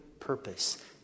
Purpose